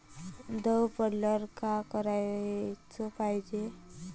दव पडल्यावर का कराच पायजे?